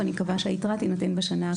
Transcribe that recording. ואני מקווה שהיתרה תינתן בשנה הקרובה.